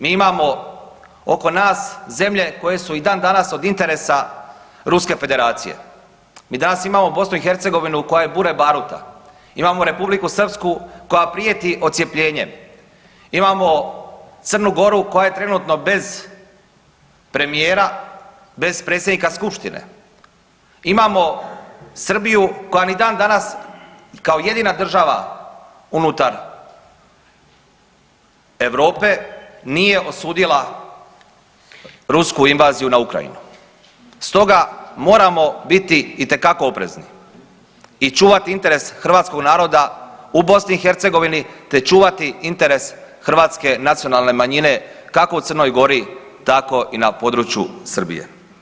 Mi imamo oko nas zemlje koje su i dan danas od interesa Ruske Federacije, mi danas imamo BiH koja je bure baruta, imamo Republiku Srpsku koja prijeti odcjepljenjem, imamo Crnu Goru koja je trenutno bez premijera, bez predsjednika skupštine, imamo Srbiju koja ni dan danas kao jedina država unutar Europe nije osudila rusku invaziju na Ukrajinu, stoga moramo biti itekako oprezni i čuvati interes hrvatskog naroda u BiH te čuvati interes hrvatske nacionalne manjine kako u Crnoj Gori tako i na području Srbije.